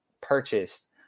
purchased